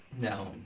No